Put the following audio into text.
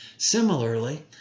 Similarly